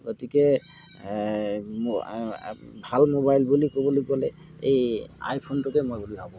গতিকে মো ভাল মোবাইল বুলি ক'বলৈ গ'লে এই আইফোনটোকে মই বুলি ভাবোঁ